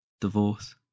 divorce